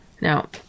Now